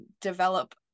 develop